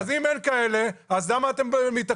אם אין כאלה, למה אתם מתעקשים?